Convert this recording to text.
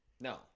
No